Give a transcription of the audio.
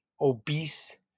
obese